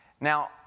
Now